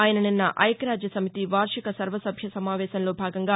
ఆయన నిన్న ఐక్యరాజ్య సమితి వార్షిక సర్వసభ్య సమావేశంలో భాగంగా